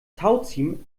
tauziehen